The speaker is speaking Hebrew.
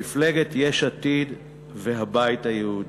מפלגת יש עתיד והבית היהודי.